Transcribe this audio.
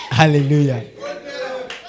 hallelujah